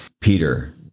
Peter